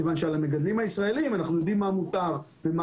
כיוון שעל המגדלים הישראלים אנחנו יודעים מה מותר ומה